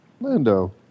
Lando